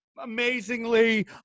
amazingly